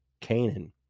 Canaan